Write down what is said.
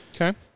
Okay